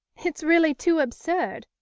it's really too absurd.